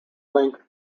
linked